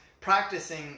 practicing